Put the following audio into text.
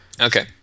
Okay